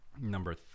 number